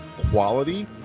quality